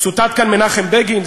צוטט כאן מנחם בגין.